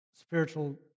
spiritual